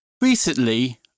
Recently